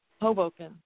Hoboken